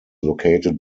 located